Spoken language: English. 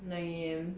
nine A_M